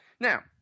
now